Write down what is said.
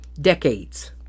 decades